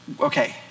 okay